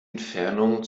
entfernung